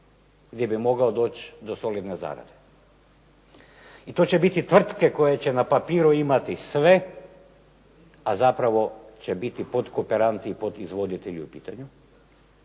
gdje bi mogao doći do solidne zarade. I to će biti tvrtke koje će na papiru imati sve, a zapravo će biti podkooperanti i podizvoditelji u pitanju,